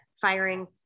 firing